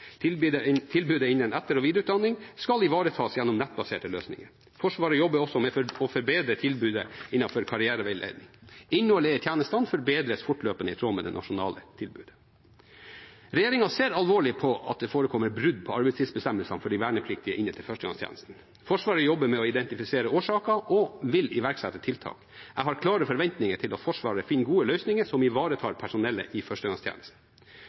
Tilbudet innen etter- og videreutdanning skal ivaretas gjennom nettbaserte løsninger. Forsvaret jobber også med å forbedre tilbudet innen karriereveiledning. Innholdet i tjenestene forbedres fortløpende i tråd med det nasjonale tilbudet. Regjeringen ser alvorlig på at det forekommer brudd på arbeidstidsbestemmelsene for de vernepliktige som er inne til førstegangstjenesten. Forsvaret jobber med å identifisere årsaker og vil iverksette tiltak. Jeg har klare forventninger til at Forsvaret finner gode løsninger som ivaretar personellet i førstegangstjenesten.